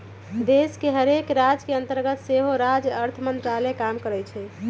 देश के हरेक राज के अंतर्गत सेहो राज्य अर्थ मंत्रालय काम करइ छै